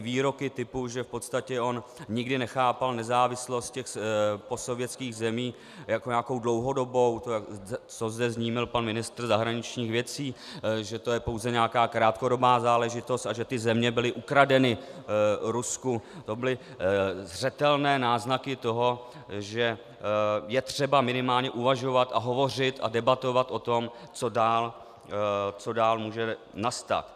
Výroky typu, že v podstatě on nikdy nechápal nezávislost postsovětských zemí jako nějakou dlouhodobou, co zde zmínil pan ministr zahraničních věcí, že to je pouze nějaká krátkodobá záležitost a že ty země byly ukradeny Rusku, to byly zřetelné náznaky toho, že je třeba minimálně uvažovat a hovořit a debatovat o tom, co dál může nastat.